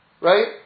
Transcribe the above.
right